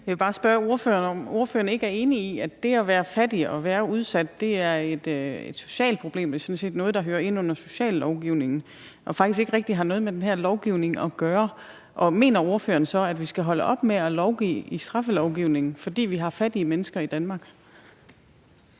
Jeg vil bare spørge ordføreren, om ordføreren ikke er enig i, at det at være fattig og udsat er et socialt problem, at det sådan set er noget, der hører inde under sociallovgivningen og faktisk ikke rigtig har noget med den her lovgivning at gøre. Mener ordføreren, at vi skal holde op med at lovgive i straffelovgivningen, fordi vi har fattige mennesker i Danmark?